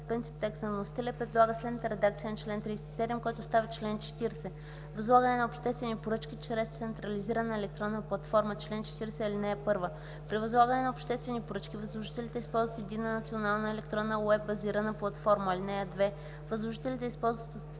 принцип текста на вносителя и предлага следната редакция на чл. 37, който става чл. 40: „Възлагане на обществени поръчки чрез централизирана електронна платформа Чл. 40. (1) При възлагане на обществени поръчки възложителите използват единна национална електронна уеб базирана платформа. (2) Възложителите използват